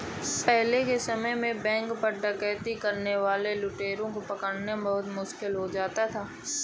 पहले के समय में बैंक पर डकैती करने वाले लुटेरों को पकड़ना बहुत मुश्किल हो जाता था